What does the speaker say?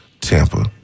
Tampa